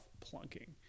plunking